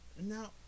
Now